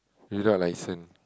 without a license